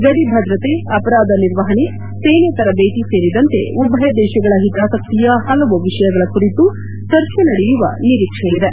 ಗಡಿ ಭದ್ರತೆ ಅಪರಾಧ ನಿರ್ವಹಣೆ ಸೇನೆ ತರಬೇತಿ ಸೇರಿದಂತೆ ಉಭಯ ದೇಶಗಳ ಹಿತಾಸಕ್ತಿಯ ಹಲವು ವಿಷಯಗಳ ಕುರಿತು ಚರ್ಚೆ ನಡೆಯುವ ನಿರೀಕ್ಷೆ ಇದೆ